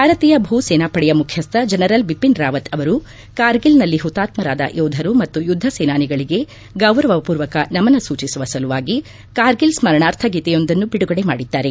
ಭಾರತೀಯ ಭೂ ಸೇನಾಪಡೆಯ ಮುಖ್ಯಸ್ಥ ಜನರಲ್ ಬಿಪಿನ್ ರಾವತ್ ಅವರು ಕಾರ್ಗಿಲ್ನಲ್ಲಿ ಹುತಾತ್ನರಾದ ಯೋಧರು ಮತ್ತು ಯುದ್ದ ಸೇನಾನಿಗಳಿಗೆ ಗೌರವಪೂರ್ವಕ ನಮನ ಸೂಚಿಸುವ ಸಲುವಾಗಿ ಕಾರ್ಗಿಲ್ ಸ್ಪರಣಾರ್ಥ ಗೀತೆಯೊಂದನ್ನು ಬಿಡುಗಡೆ ಮಾಡಿದ್ದಾರೆ